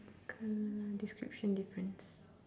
colour description difference